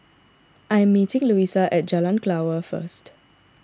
I am meeting Luisa at Jalan Kelawar first